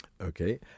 Okay